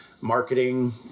marketing